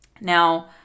Now